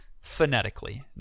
phonetically